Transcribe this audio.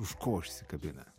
už ko užsikabina